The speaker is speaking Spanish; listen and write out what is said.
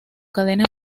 cadena